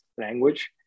language